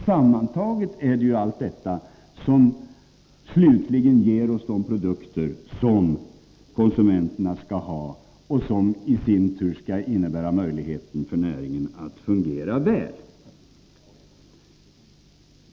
Sammantaget är Et det allt detta som slutligen ger de produkter som konsumenterna skall ha och som i sin tur skall innebära möjligheter för näringen att fungera väl.